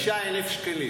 26,000 שקלים.